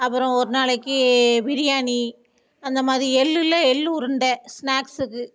அப்புறம் ஒரு நாளைக்கு பிரியாணி அந்த மாதிரி எள்ளில் எள்ளுருண்டை ஸ்நாக்ஸுக்கு